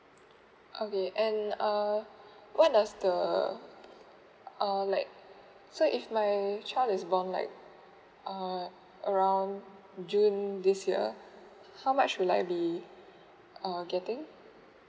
okay and err what does the uh like so if my child is born like uh around june this year how much would I be uh getting